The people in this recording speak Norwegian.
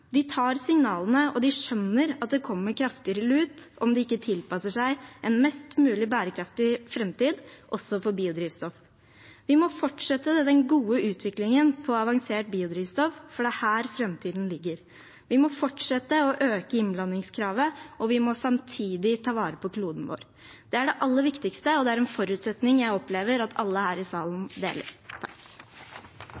tar signalene, og den skjønner at det kommer kraftigere lut om den ikke tilpasser seg en mest mulig bærekraftig framtid, også for biodrivstoff. Vi må fortsette den gode utviklingen av avansert biodrivstoff, for det er her framtiden ligger. Vi må fortsette å øke innblandingskravet, og vi må samtidig ta vare på kloden vår. Det er det aller viktigste, og det er en forutsetning jeg opplever at alle her i salen